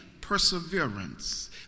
perseverance